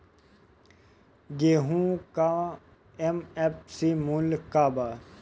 गेहू का एम.एफ.सी मूल्य का बा?